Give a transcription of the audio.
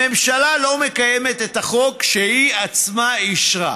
הממשלה לא מקיימת את החוק שהיא עצמה אישרה,